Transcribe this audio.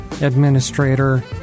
administrator